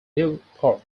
newport